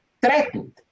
threatened